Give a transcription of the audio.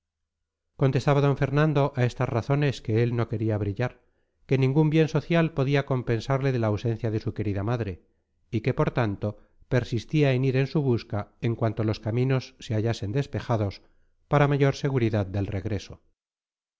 contestaba d fernando a estas razones que él no quería brillar que ningún bien social podía compensarle de la ausencia de su querida madre y que por tanto persistía en ir en su busca en cuanto los caminos se hallasen despejados para mayor seguridad del regreso